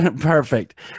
Perfect